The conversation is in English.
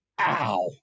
ow